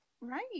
Right